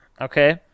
okay